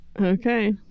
okay